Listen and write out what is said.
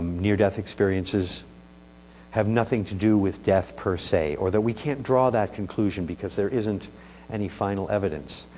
near-death experiences have nothing to do with death per se, or that we can't draw that, conclusion because they're isn't any final evidence.